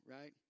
right